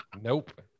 Nope